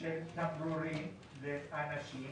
של תמרורים לאנשים.